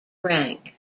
rank